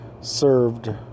served